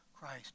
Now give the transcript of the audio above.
Christ